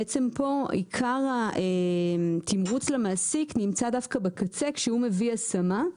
בעצם פה עיקר התמרוץ למעסיק נמצא דווקא בקצה כשהוא מביא השמה,